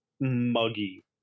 muggy